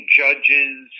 judges